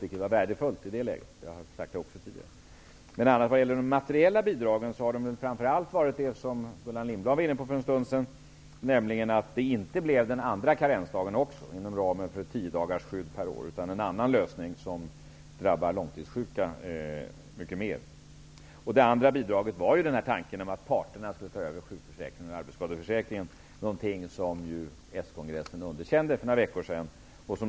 Detta var värdefullt i det läget, och det har jag också tidigare sagt. De materiella bidragen har framför allt varit det som Gullan Lindblad var inne på för en stund sedan, nämligen att det inte blev en andra karensdag också inom ramen för ett tiodagarsskydd per år, utan en annan lösning, som drabbar långtidssjuka mycket mer. Det andra bidraget var tanken om att parterna skulle ta över sjukförsäkringen och arbetsskadeförsäkringen, något som den socialdemokratiska kongressen underkände för några veckor sedan.